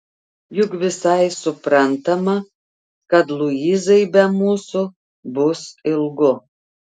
juk visai suprantama kad luizai be mūsų bus ilgu